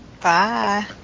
bye